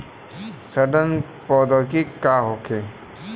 सड़न प्रधौगकी का होखे?